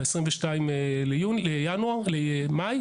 ב-22 במאי,